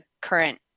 current